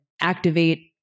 activate